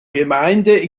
gemeinde